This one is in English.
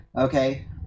okay